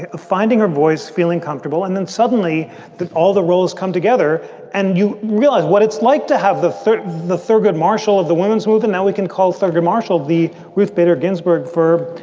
ah finding her voice, feeling comfortable. and then suddenly all the roles come together and you realize what it's like to have the thurgood the thurgood marshall of the women's movement that we can call thurgood marshall, the ruth bader ginsburg for,